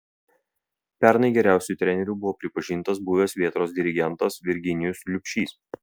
pernai geriausiu treneriu buvo pripažintas buvęs vėtros dirigentas virginijus liubšys